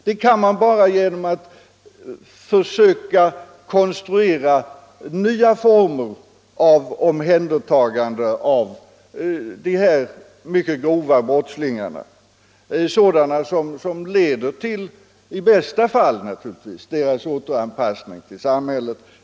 Det kan man bara genom att konstruera nya former för omhändertagandet av dem som gör sig skyldiga till mycket grova brott — former av omhändertagande som i bästa fall leder till återanpassning i samhället.